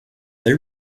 they